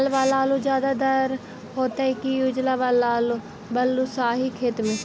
लाल वाला आलू ज्यादा दर होतै कि उजला वाला आलू बालुसाही खेत में?